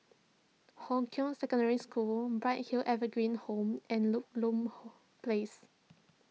Hong Kah Secondary School Bright Hill Evergreen Home and Ludlow Place